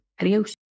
Adios